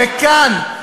וכאן,